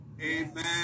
amen